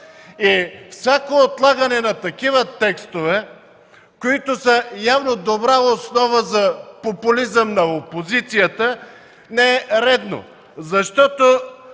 Всяко отлагане на такива текстове, които са явно добра основа за популизъм на опозицията, не е редно,